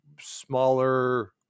smaller